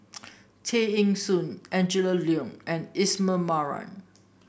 Tay Eng Soon Angela Liong and Ismail Marjan